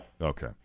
Okay